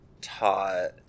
taught